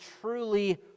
truly